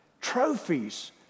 Trophies